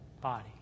body